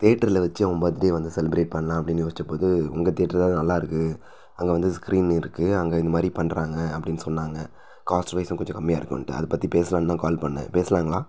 தேட்டரில் வச்சு அவன் பர்த்டே வந்து செலிப்ரேட் பண்ணலாம் அப்படின்னு யோசிச்ச போது உங்கள் தேட்டரு தான் நல்லாயிருக்கு அங்கே வந்து ஸ்க்ரீன் இருக்குது அங்கே இந்த மாதிரி பண்ணுறாங்க அப்படின்னு சொன்னாங்கள் காஸ்ட் வைஸும் கொஞ்சம் கம்மியாக இருக்குதுன்ட்டு அதை பற்றி பேசலான்னு தான் கால் பண்ணிணேன் பேசலாங்களா